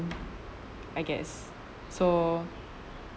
I guess so